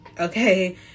okay